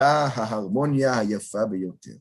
אה, ההרמוניה היפה ביותר.